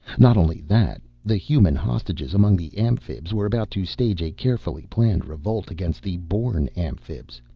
not only that, the human hostages among the amphibs were about to stage a carefully planned revolt against the born amphibs.